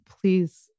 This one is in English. please